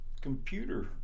computer